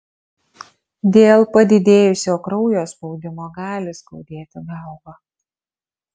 dėl padidėjusio kraujo spaudimo gali skaudėti galvą